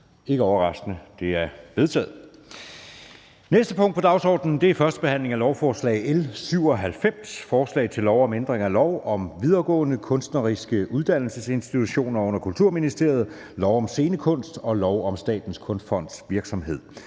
som vedtaget. Det er vedtaget. --- Det næste punkt på dagsordenen er: 8) 1. behandling af lovforslag nr. L 97: Forslag til lov om ændring af lov om videregående kunstneriske uddannelsesinstitutioner under Kulturministeriet, lov om scenekunst og lov om Statens Kunstfonds virksomhed.